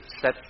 set